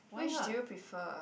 which do you prefer